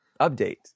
Update